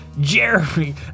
Jeremy